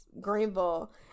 Greenville